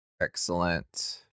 Excellent